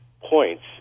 points